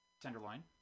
Tenderloin